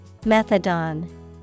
Methadone